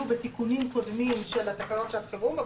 בתיקונים קודמים של תקנות שעת חירום,